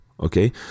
Okay